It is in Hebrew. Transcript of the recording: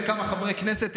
לכמה חברי כנסת,